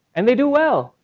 and they do well.